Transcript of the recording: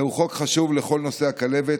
זהו חוק חשוב לכל נושא הכלבת,